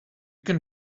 can